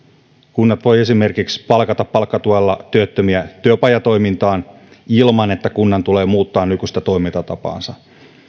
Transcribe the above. kunnat voivat esimerkiksi palkata palkkatuella työttömiä työpajatoimintaan ilman että kunnan tulee muuttaa nykyistä toimintatapaansa